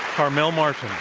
carmel martin,